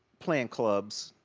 playing clubs,